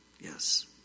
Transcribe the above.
Yes